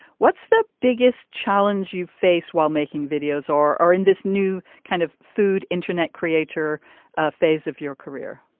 what's the biggest challenge you face while making videos or are in this new kind of food internet creator phase of your career